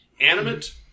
animate